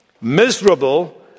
miserable